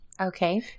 Okay